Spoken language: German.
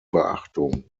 beachtung